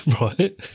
Right